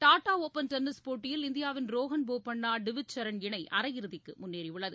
Tata open tennis போட்டியில் இந்தியாவின் ரோஹன் போப்பண்ணா டிவிச் சரண் இணை அரையிறுதிக்கு முன்னேறி உள்ளது